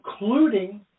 including